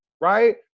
right